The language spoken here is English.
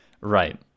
Right